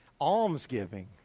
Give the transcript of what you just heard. Almsgiving